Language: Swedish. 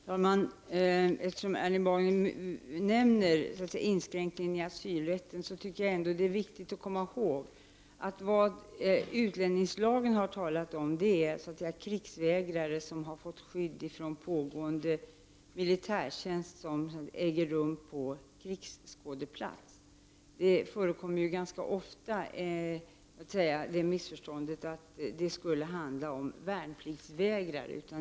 Herr talman! Eftersom Erling Bager nämnde inskränkningen i asylrätten tycker jag ändå att det är viktigt att komma ihåg att utlänningslagen har talat om krigsvägrare som har fått skydd ifrån pågående militärtjänst som äger rum på krigsskådeplats. Det förekommer ganska ofta ett missförstånd att det skulle ha handlat om värnpliktigsvägrare.